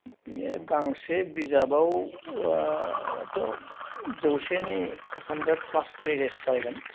बे गांसे बिजाबाव थ' जौसेनि हान्द्रेड प्लास पेजेस जाहैगोन